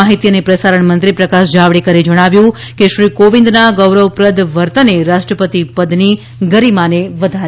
માહિતી અને પ્રસારણંત્રી પ્રકાશ જાવડેકરે જણાવ્યું છે કે શ્રી કોવિંદના ગૌરવપ્રદ વર્તને રાષ્ટ્રપતિ પદની ગરિમા વધારી છે